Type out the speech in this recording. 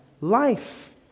life